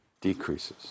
decreases